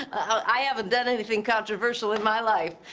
i haven't done anything controversial in my life.